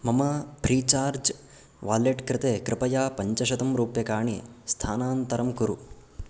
मम FreeCharge wallet कृते कृपया पञ्चशतं रूप्यकाणि स्थानान्तरं कुरु